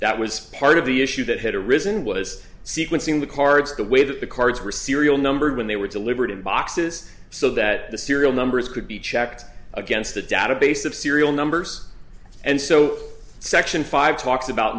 that was part of the issue that had arisen was sequencing the cards the way that the cards were serial numbers when they were delivered in boxes so that the serial numbers could be checked against the database of serial numbers and so section five talks about